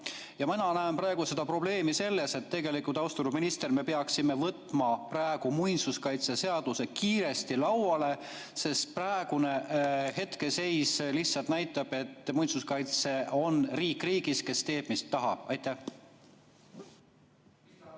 Mina näen praegu probleemi selles – tegelikult, austatud minister, me peaksime võtma praegu muinsuskaitseseaduse kiiresti lauale, praegune hetkeseis lihtsalt näitab seda –, et muinsuskaitse on riik riigis, kes teeb, mis tahab. Aitäh,